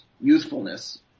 youthfulness